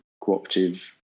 cooperative